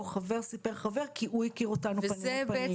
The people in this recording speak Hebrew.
חבר שסיפר לחבר כי הוא הכיר אותנו פנים מול פנים.